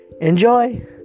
Enjoy